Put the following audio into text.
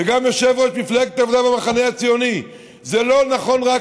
וגם יושב-ראש מפלגת העבודה והמחנה הציוני: זה לא נכון רק